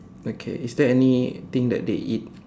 okay is there anything that they eat